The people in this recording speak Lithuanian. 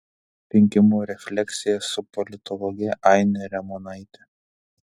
rinkimų refleksija su politologe aine ramonaite